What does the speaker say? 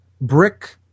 brick